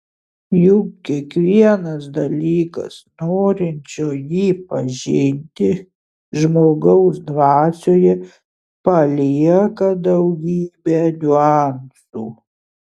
juk kiekvienas dalykas norinčio jį pažinti žmogaus dvasioje palieka daugybę niuansų